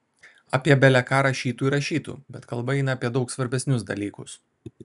apie bele ką rašytų ir rašytų bet kalba eina apie daug svarbesnius dalykus